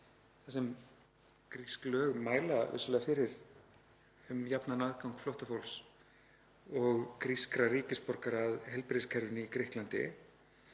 þar sem grísk lög mæla fyrir um jafnan aðgang flóttafólks og grískra ríkisborgara að heilbrigðiskerfinu í Grikklandi,